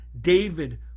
David